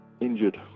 injured